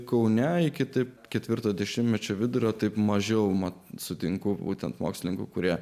kaune kitaip ketvirto dešimtmečio vidurio taip mažiau mat sutinku būtent mokslininkų kurie